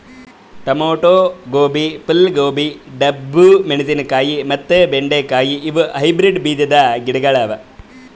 tomato, ಗೋಬಿ, ಫೂಲ್ ಗೋಬಿ, ಡಬ್ಬು ಮೆಣಶಿನಕಾಯಿ ಮತ್ತ ಬೆಂಡೆ ಕಾಯಿ ಇವು ಹೈಬ್ರಿಡ್ ಬೀಜದ್ ಗಿಡಗೊಳ್ ಅವಾ